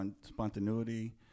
spontaneity